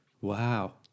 Wow